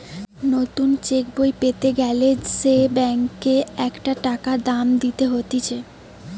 নতুন চেক বই পেতে গ্যালে সে ব্যাংকে একটা টাকা দাম দিতে হতিছে